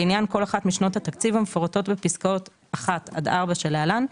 לעניין כל אחת משנות התקציב המפורטות בפסקאות (1) עד (4) שלהלן.